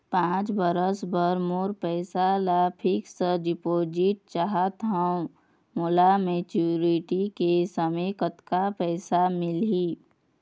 पांच बछर बर मोर पैसा ला फिक्स डिपोजिट चाहत हंव, मोला मैच्योरिटी के समय कतेक पैसा मिल ही?